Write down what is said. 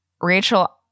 Rachel